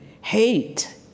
hate